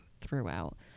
throughout